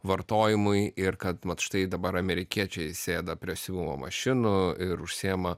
vartojimui ir kad vat štai dabar amerikiečiai sėda prie siuvimo mašinų ir užsiima